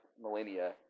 millennia